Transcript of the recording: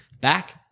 back